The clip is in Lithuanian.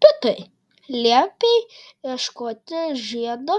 pitai liepei ieškoti žiedo